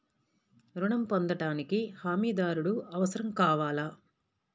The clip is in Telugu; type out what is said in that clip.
ఋణం పొందటానికి హమీదారుడు అవసరం కావాలా?